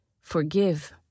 forgive